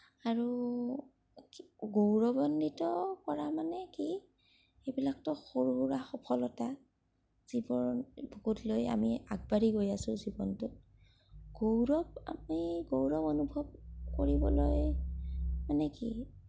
আৰু গৌৰৱান্বিত কৰা মানে কি সেইবিলাকতো সৰু সুৰা সফলতা জীৱনবোধ লৈ আমি আগবাঢ়ি গৈ আছোঁ জীৱনটোত গৌৰৱ আমি গৌৰৱ অনুভৱ কৰিবলৈ মানে কি